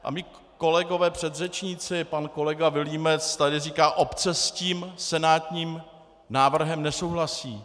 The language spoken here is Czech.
A mí kolegové předřečníci, pan kolega Vilímec tady říká: Obce s tím senátním návrhem nesouhlasí.